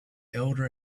elder